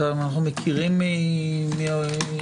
האם אנו מכירים משהו?